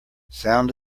sound